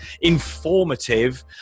informative